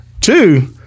two